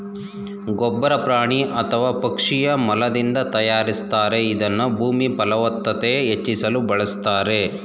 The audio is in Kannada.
ಗೊಬ್ಬರ ಪ್ರಾಣಿ ಅಥವಾ ಪಕ್ಷಿ ಮಲದಿಂದ ತಯಾರಿಸ್ತಾರೆ ಇದನ್ನ ಭೂಮಿಯಫಲವತ್ತತೆ ಹೆಚ್ಚಿಸಲು ಬಳುಸ್ತಾರೆ